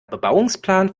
bebauungsplan